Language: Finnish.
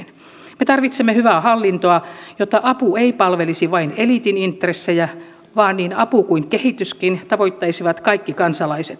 me tarvitsemme hyvää hallintoa jotta apu ei palvelisi vain eliitin intressejä vaan niin apu kuin kehityskin tavoittaisivat kaikki kansalaiset